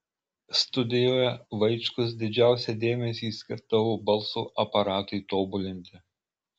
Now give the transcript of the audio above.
studijoje vaičkus didžiausią dėmesį skirdavo balso aparatui tobulinti